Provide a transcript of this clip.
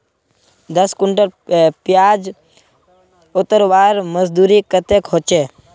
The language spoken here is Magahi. दस कुंटल प्याज उतरवार मजदूरी कतेक होचए?